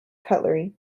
cutlery